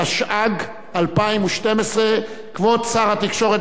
התשע"ג 2012. כבוד שר התקשורת,